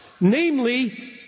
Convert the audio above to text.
Namely